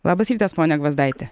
labas rytas pone gvazdaitį